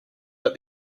but